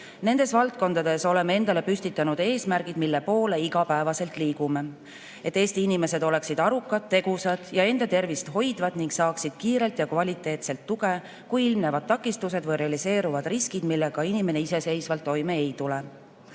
Nendes valdkondades oleme endale püstitanud eesmärgid, mille poole igapäevaselt liigume: et Eesti inimesed oleksid arukad, tegusad ja enda tervist hoidvad ning saaksid kiirelt ja kvaliteetselt tuge, kui ilmnevad takistused või realiseeruvad riskid, millega inimene iseseisvalt toime ei